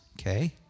okay